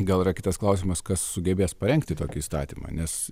gal yra kitas klausimas kas sugebės parengti tokį įstatymą nes